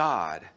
God